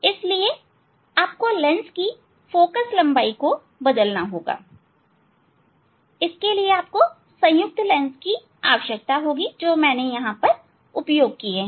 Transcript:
इसलिए आपको लेंस की फोकल लंबाई को बदलना होगा आपको संयुक्त लेंस की आवश्यकता होगी जो मैंने उपयोग किए हैं